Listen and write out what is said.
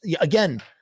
again